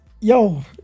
yo